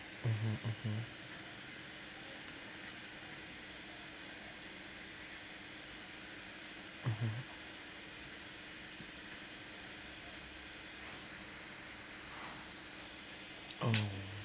mmhmm mmhmm mmhmm oh